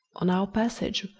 on our passage,